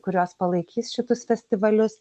kurios palaikys šitus festivalius